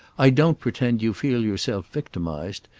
i don't pretend you feel yourself victimised,